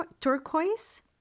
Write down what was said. turquoise